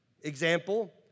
example